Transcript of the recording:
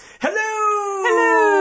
Hello